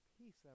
peace